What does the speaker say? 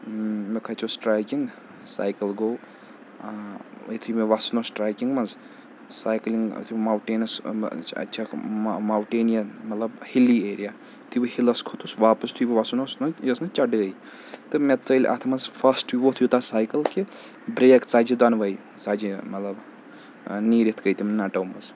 مےٚ کھٔژُیو trekking cycle گوٚو یُتھُے مےٚ وَسُن اوس ٹرٛیکِنٛگ منٛز سایکٕلِنٛگ یُتھُے ماوٹینَس اَتہِ چھَکھ ماو ماوُٹینِیَن مطلب ہِلی ایریا یِتھُے بہٕ ہِلَس کھوٚتُس واپَس یُتھٕے بہٕ وَسُن اوس نہٕ یہِ ٲسۍ نہ چَڑٲے تہٕ مےٚ ژٔلۍ اَتھ منٛز فسٹ ووت یوٗتاہ سایکٕل کہِ برٛیک ژَجہِ دۄنوٕے ژَجہِ مطلب نیٖرِتھ گٕے تِم نَٹو منٛز